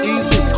Easy